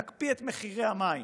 נקפיא את מחירי המים.